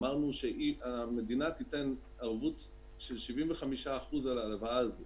אמרנו שהמדינה תיתן ערבות של 75% על ההלוואה הזאת